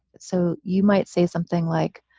so you might say something like,